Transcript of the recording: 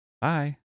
Bye